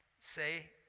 say